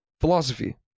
Philosophy